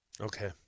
Okay